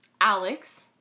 Alex